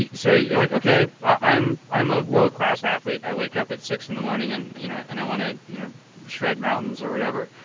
yeah so like okay, i'm i'm a world class athlete, i wake up at six in the morning and you know and i want to you know tread mountains or whatever,